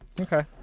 Okay